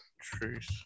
Truth